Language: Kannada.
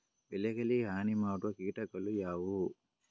ಬೆಳೆಗಳಿಗೆ ಹಾನಿ ಮಾಡುವ ಕೀಟಗಳು ಯಾವುವು?